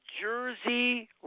jersey